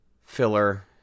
filler